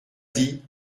dit